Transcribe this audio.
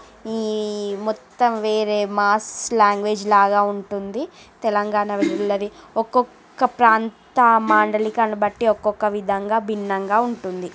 ఈ మొత్తం వేరే మాస్ లాంగ్వేజ్ లాగా ఉంటుంది తెలంగాణ వాళ్ళది ఒకొక్క ప్రాంత మాండలికాలను బట్టి ఒకొక్క విధంగా భిన్నంగా ఉంటుంది